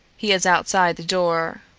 he is outside the door.